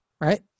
right